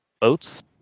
boats